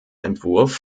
entwurf